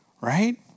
right